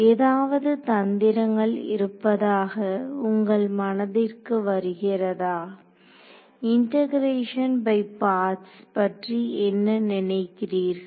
ஏதாவது தந்திரங்கள் இருப்பதாக உங்கள் மனதிற்கு வருகிறதா இண்டெகரேஷன் பை பார்ட்ஸ் பற்றி என்ன நினைக்கிறீர்கள்